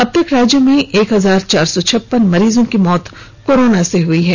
अब तक राज्य में एक हजार चार सौ छप्पन मरीज की मौत कोरोना से हुई हैं